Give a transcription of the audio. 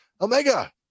Omega